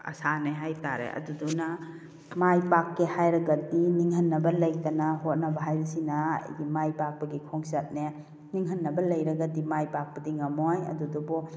ꯑꯁꯥꯅꯦ ꯍꯥꯏꯇꯥꯔꯦ ꯑꯗꯨꯗꯨꯅ ꯃꯥꯏ ꯄꯥꯛꯀꯦ ꯍꯥꯏꯔꯒꯗꯤ ꯅꯤꯡꯍꯟꯅꯕ ꯂꯩꯇꯅ ꯍꯣꯠꯅꯕ ꯍꯥꯏꯕꯁꯤꯅ ꯑꯩꯒꯤ ꯃꯥꯏꯄꯥꯛꯄꯒꯤ ꯈꯣꯡꯆꯠꯅꯦ ꯅꯤꯡꯍꯟꯅꯕ ꯂꯩꯔꯒꯗꯤ ꯃꯥꯏ ꯄꯥꯛꯄꯗꯤ ꯉꯝꯃꯣꯏ ꯑꯗꯨꯗꯨꯕꯨ